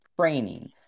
training